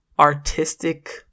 artistic